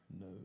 No